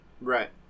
Right